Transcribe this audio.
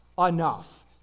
enough